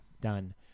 done